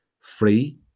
free